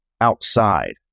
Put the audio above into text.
outside